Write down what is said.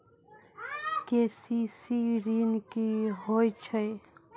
KCC ॠन की होय छै?